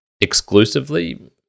exclusively